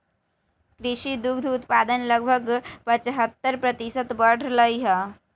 कृषि दुग्ध उत्पादन लगभग पचहत्तर प्रतिशत बढ़ लय है